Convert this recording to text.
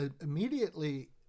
immediately